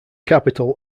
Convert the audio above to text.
capital